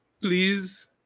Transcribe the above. please